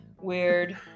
Weird